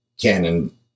Canon